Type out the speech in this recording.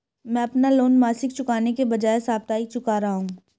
मैं अपना लोन मासिक चुकाने के बजाए साप्ताहिक चुका रहा हूँ